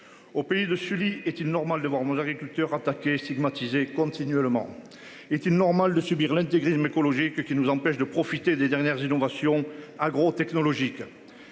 Au pays de Sully, est-il normal de voir nos agriculteurs. Stigmatiser. Continuellement. Est-il normal de subir l'intégrisme écologique qui nous empêchent de profiter des dernières innovations agro-technologique.